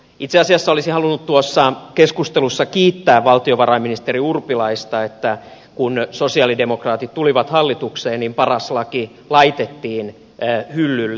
itse asiassa olisin halunnut tuossa keskustelussa kiittää valtiovarainministeri urpilaista siitä että kun sosialidemokraatit tulivat hallitukseen niin paras laki laitettiin hyllylle